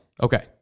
Okay